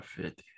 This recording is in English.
50